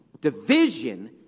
division